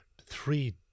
three